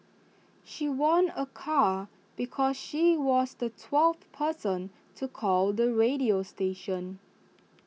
she won A car because she was the twelfth person to call the radio station